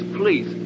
please